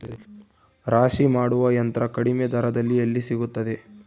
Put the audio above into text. ರಾಶಿ ಮಾಡುವ ಯಂತ್ರ ಕಡಿಮೆ ದರದಲ್ಲಿ ಎಲ್ಲಿ ಸಿಗುತ್ತದೆ?